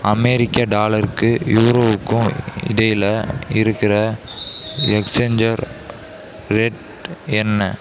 அமெரிக்க டாலருக்கு யூரோவுக்கும் இடையில் இருக்கிற எக்ஸ்சேஞ்ச்சர் ரேட் என்ன